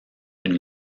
une